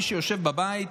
מי שיושב בבית,